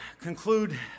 conclude